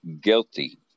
guilty